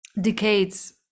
decades